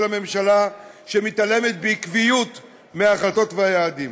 הממשלה שמתעלמת בעקביות מההחלטות והיעדים.